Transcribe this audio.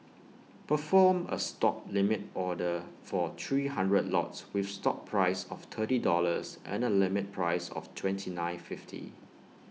perform A stop limit order for three hundred lots with stop price of thirty dollars and A limit price of twenty nine fifty